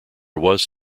was